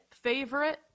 favorite